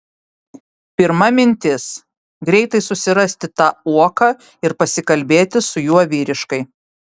pirma mintis greitai susirasti tą uoką ir pasikalbėti su juo vyriškai